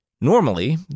Normally